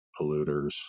polluters